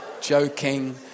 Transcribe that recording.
joking